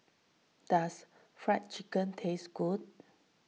does Fried Chicken taste good